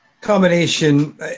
Combination